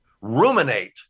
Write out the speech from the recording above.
ruminate